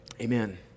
Amen